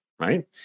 right